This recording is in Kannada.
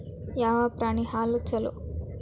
ಯಾವ ಪ್ರಾಣಿ ಹಾಲು ಛಲೋ?